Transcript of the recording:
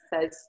says